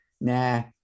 Nah